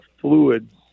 fluids